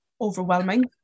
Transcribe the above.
overwhelming